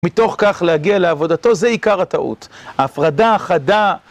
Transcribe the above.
מתוך כך להגיע לעבודתו זה עיקר הטעות, ההפרדה החדה.